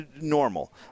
normal